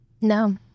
no